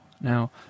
Now